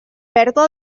pèrdua